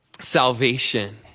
salvation